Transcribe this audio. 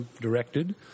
directed